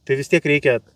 tai vis tiek reikia